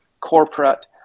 corporate